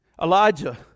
Elijah